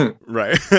Right